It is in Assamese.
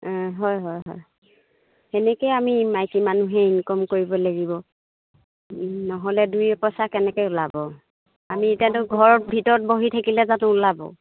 হয় হয় হয় তেনেকেই আমি মাইকী মানুহে ইনকম কৰিব লাগিব নহ'লে দুই এপইচা কেনেকৈ ওলাব আমি এতিয়াতো ঘৰৰ ভিতৰত বহি থাকিলে জানো ওলাব